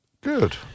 Good